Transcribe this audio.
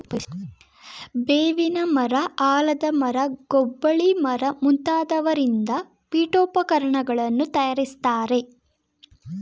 ಬೇವಿನ ಮರ, ಆಲದ ಮರ, ಗೊಬ್ಬಳಿ ಮರ ಮುಂತಾದವರಿಂದ ಪೀಠೋಪಕರಣಗಳನ್ನು ತಯಾರಿಸ್ತರೆ